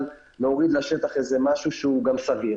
להוריד לשטח איזה משהו שהוא גם סביר.